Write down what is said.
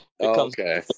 Okay